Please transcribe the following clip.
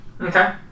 Okay